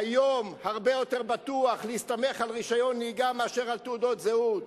היום הרבה יותר בטוח להסתמך על רשיון נהיגה מאשר על תעודות זהות.